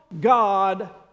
God